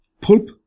pulp